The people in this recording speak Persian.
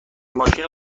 ماشینو